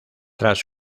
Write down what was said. tras